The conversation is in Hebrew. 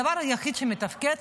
הדבר היחיד שמתפקד,